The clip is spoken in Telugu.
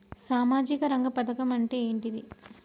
సామాజిక రంగ పథకం అంటే ఏంటిది?